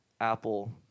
apple